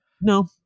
no